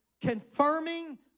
confirming